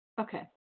okay